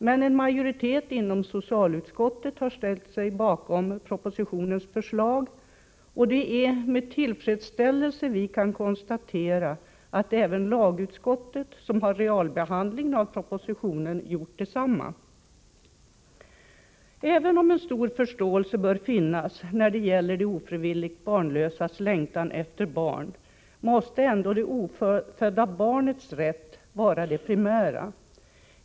Men en majoritet inom socialutskottet har ställt sig bakom propositionens förslag, och det är med tillfredsställelse som vi kan konstatera att lagutskottet, som realbehandlat propositionen, har gjort detsamma. Även om stor förståelse bör finnas när det gäller de ofrivilligt barnlösas längtan efter barn, måste det ofödda barnets rätt vara det primära.